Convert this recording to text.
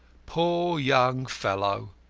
poor young fellow!